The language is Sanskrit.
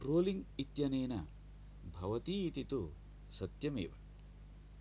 ट्रोलिङ्ग् इत्यनेन भवति इति तु सत्यं एव